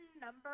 number